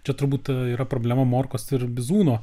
čia turbūt yra problema morkos ir bizūno